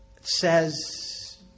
says